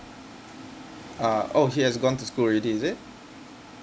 uh oh he has gone to school already is it